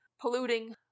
polluting